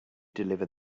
deliver